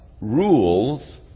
rules